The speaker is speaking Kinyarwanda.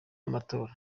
amatora